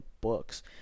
books